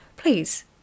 please